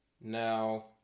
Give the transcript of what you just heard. Now